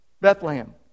Bethlehem